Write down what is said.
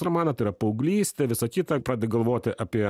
romaną tai yra paauglystė visa kita pradedi galvoti apie